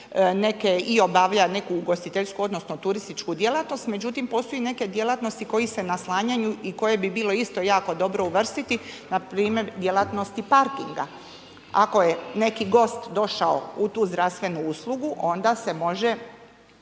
pruža i obavlja neku ugostiteljsku odnosno turističku djelatnost, međutim postoje neke djelatnosti koje se na naslanjaju i koje bi bilo isto jako dobro uvrstiti, npr. djelatnosti parkinga. Ako je neki gost došao u tu zdravstvenu uslugu, onda bi bilo